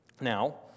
Now